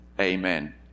amen